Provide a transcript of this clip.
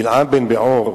לבלעם בן בעור